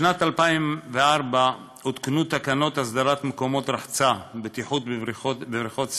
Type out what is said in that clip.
בשנת 2004 הותקנו תקנות הסדרת מקומות רחצה (בטיחות בבריכות שחייה),